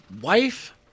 wife